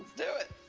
do it!